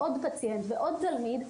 מעוד פציינט ועוד תלמיד,